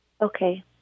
Okay